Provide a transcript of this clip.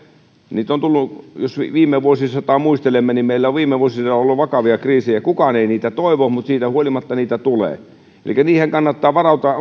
niitä on tullut jos viime vuosisataa muistelemme niin meillä on viime vuosisadalla ollut vakavia kriisejä kukaan ei niitä toivo mutta siitä huolimatta niitä tulee elikkä niihinhän kannattaa varautua